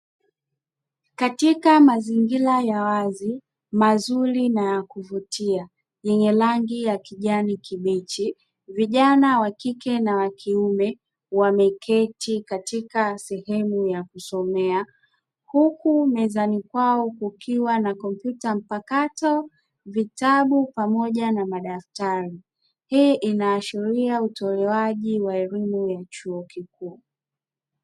Katika mazingira ya wazi mazuri na ya kuvutia yenye rangi ya kijani kibichi, vijana wakike na wakiume wameketi katika sehemu ya kusomea, huku mezani kwao kukiwa na kompyuta, vitabu pamoja na madaftari hii inaashiria utolewaji wa elemu ya chuo kikuu .